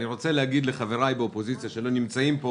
אני רוצה להגיד לחבריי באופוזיציה, שלא נמצאים פה